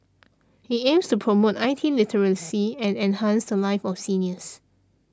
it aims to promote I T literacy and enhance the lives of seniors